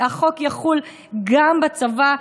שהחוק יחול גם בצבא,